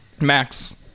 Max